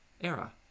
era